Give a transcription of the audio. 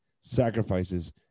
sacrifices